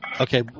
okay